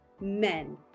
men